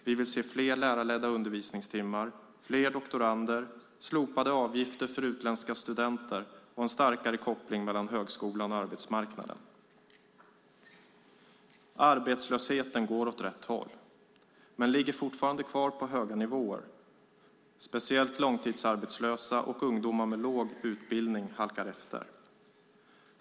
Vi vill se fler lärarledda undervisningstimmar, fler doktorander, slopade avgifter för utländska studenter och en starkare koppling mellan högskolan och arbetsmarknaden. Arbetslösheten går åt rätt håll men ligger fortfarande kvar på höga nivåer. Speciellt långtidsarbetslösa och ungdomar med låg utbildning halkar efter.